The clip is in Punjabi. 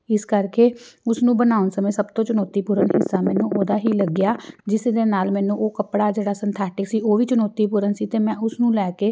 ਇਸ ਕਰਕੇ ਉਸਨੂੰ ਬਣਾਉਣ ਸਮੇਂ ਸਭ ਤੋਂ ਚੁਣੌਤੀਪੂਰਨ ਹਿੱਸਾ ਮੈਨੂੰ ਉਹਦਾ ਹੀ ਲੱਗਿਆ ਜਿਸ ਦੇ ਨਾਲ ਮੈਨੂੰ ਉਹ ਕੱਪੜਾ ਜਿਹੜਾ ਸਨਥੈਟਿਕ ਸੀ ਉਹ ਵੀ ਚੁਣੌਤੀਪੂਰਨ ਸੀ ਅਤੇ ਮੈਂ ਉਸ ਨੂੰ ਲੈ ਕੇ